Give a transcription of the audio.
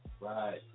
Right